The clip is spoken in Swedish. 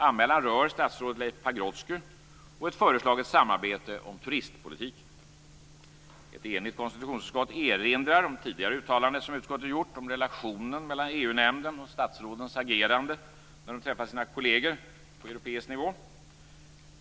Anmälan rör statsrådet Leif Pagrotsky och ett föreslaget samarbete om turistpolitik. Ett enigt konstitutionsutskott erinrar om ett tidigare uttalande som utskottet gjort om relationen mellan EU-nämnden och statsrådens agerande när de träffar sina kolleger på europeisk nivå.